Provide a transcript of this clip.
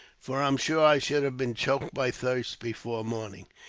for i'm sure i should have been choked by thirst, before morning.